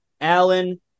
Allen